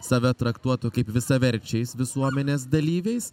save traktuotų kaip visaverčiais visuomenės dalyviais